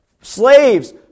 Slaves